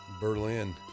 Berlin